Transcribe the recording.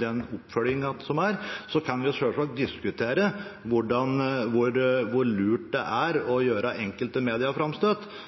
den oppfølgingen som er. Så kan vi selvsagt diskutere hvor lurt det er å gjøre enkelte